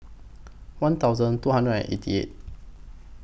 one thousand two hundred and eighty eight